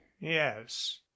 yes